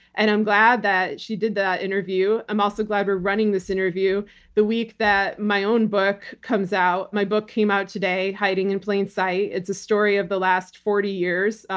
and i'm glad that she did that interview. i'm also glad we're running this interview the week that my own book comes out. my book came out today, hiding in plain sight. it's a story of the last forty years.